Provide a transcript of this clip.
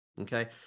Okay